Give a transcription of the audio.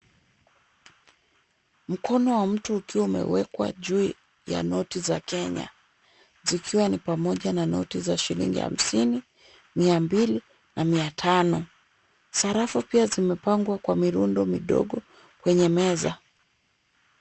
Mkono wa mtu ukiwa umewekwa juu ya noti za Kenya, zikiwa ni pamoja na noti za shilingi hamsini, mia mbili na mia tano, sarafu pia zimepangwa kwa mirundo midogo, kwenye meza.